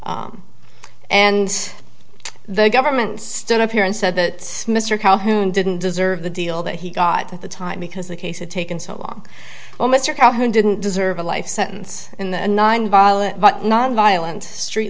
case and the government stood up here and said that mr calhoun didn't deserve the deal that he got at the time because the case had taken so long oh mr calhoun didn't deserve a life sentence in nine violent nonviolent street